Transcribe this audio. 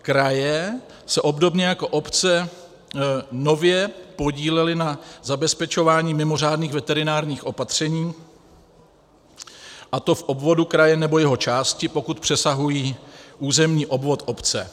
Kraje se obdobně jako obce nově podílely na zabezpečování mimořádných veterinárních opatření, a to v obvodu kraje nebo jeho části, pokud přesahují územní obvod obce.